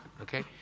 okay